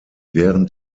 während